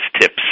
tips